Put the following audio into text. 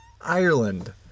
Ireland